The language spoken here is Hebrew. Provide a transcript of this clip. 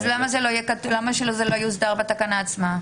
אז למה שזה לא יהיה מוסדר בתקנה עצמה?